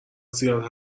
زیاد